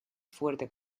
fuerte